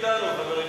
לצערנו הרב,